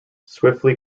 swiftly